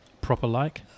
proper-like